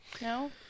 No